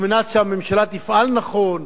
כדי שהממשלה תפעל נכון,